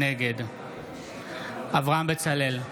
נגד אברהם בצלאל,